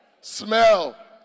Smell